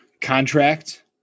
contract